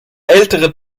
ältere